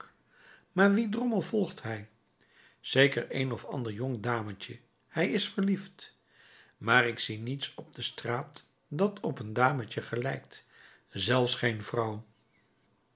maar wie drommel volgt hij zeker een of ander jong dametje hij is verliefd maar ik zie niets op de straat dat op een dametje gelijkt zelfs geen vrouw